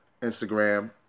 Instagram